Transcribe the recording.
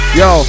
yo